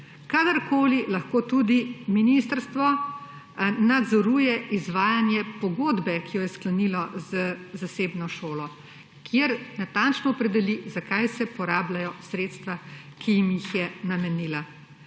Kadarkoli lahko tudi ministrstvo nadzoruje izvajanje pogodbe, ki jo je sklenilo z zasebno šolo, kjer natančno opredeli, zakaj se porabljajo sredstva, ki jih ji je namenilo.